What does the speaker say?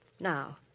now